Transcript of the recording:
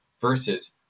versus